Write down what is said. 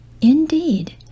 Indeed